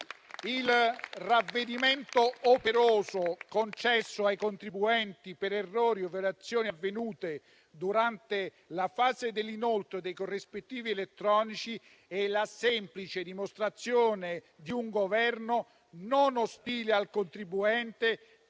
Il ravvedimento operoso concesso ai contribuenti per errori in operazioni avvenute durante la fase dell'inoltro dei corrispettivi elettronici è la semplice dimostrazione di un Governo non ostile al contribuente,